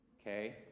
Okay